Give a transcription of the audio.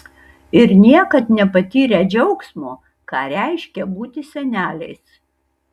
ir niekad nepatyrę džiaugsmo ką reiškia būti seneliais